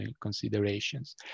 considerations